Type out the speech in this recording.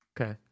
Okay